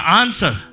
answer